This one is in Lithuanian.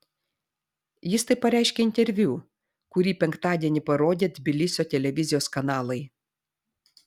jis tai pareiškė interviu kurį penktadienį parodė tbilisio televizijos kanalai